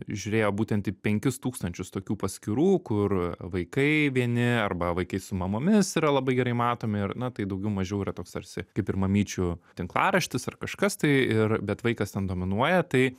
žiūrėjo būtent į penkis tūkstančius tokių paskyrų kur vaikai vieni arba vaikai su mamomis yra labai gerai matomi ir na tai daugiau mažiau yra toks tarsi kaip ir mamyčių tinklaraštis ar kažkas tai ir bet vaikas ten dominuoja tai